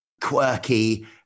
quirky